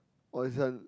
oh this one